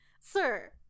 sir